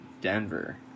Denver